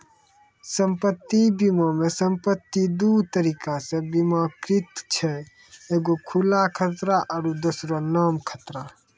सम्पति बीमा मे सम्पति दु तरिका से बीमाकृत छै एगो खुला खतरा आरु दोसरो नाम खतरा